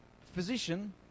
Physician